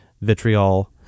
vitriol